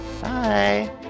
Bye